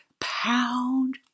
pound